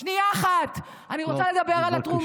שנייה אחת, אני רוצה לדבר על התרומות.